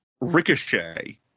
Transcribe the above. ricochet